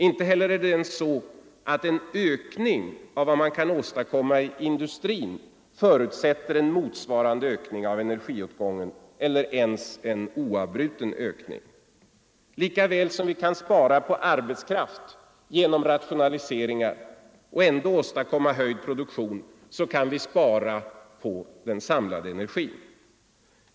Inte heller är det ens så att en ökning av vad man kan åstadkomma i industrin förutsätter en motsvarande ökning av energiåtgången eller ens en oavbruten ökning. Lika väl som vi kan spara på arbetskraft genom rationaliseringar och ändå åstadkomma höjd produktion kan vi spara på den samlade energin.